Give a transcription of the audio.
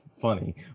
funny